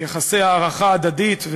יחסי הערכה הדדית,